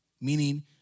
meaning